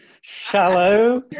Shallow